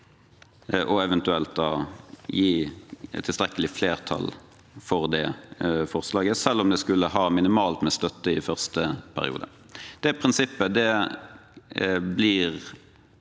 og eventuelt gi tilstrekkelig flertall for forslaget, selv om det skulle ha minimal støtte i første periode. Det prinsippet slår